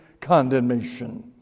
condemnation